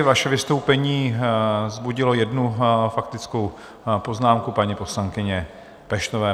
Vaše vystoupení vzbudilo jednu faktickou poznámku poslankyně Peštové.